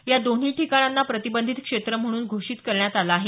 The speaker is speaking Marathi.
या दोन्ही ठिकाणांना प्रतिबंधित क्षेत्र म्हणून घोषित करण्यात आलं आहे